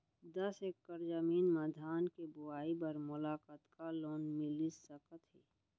दस एकड़ जमीन मा धान के बुआई बर मोला कतका लोन मिलिस सकत हे?